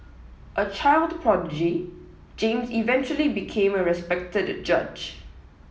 a child prodigy James eventually became a respected judge